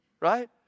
Right